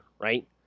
right